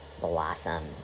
blossom